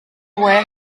were